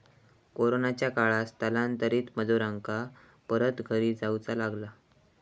कोरोनाच्या काळात स्थलांतरित मजुरांका परत घरी जाऊचा लागला